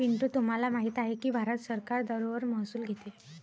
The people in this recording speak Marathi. पिंटू तुम्हाला माहित आहे की भारत सरकार दारूवर महसूल घेते